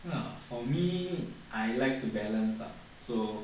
ya for me I like to balance lah so